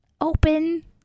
Open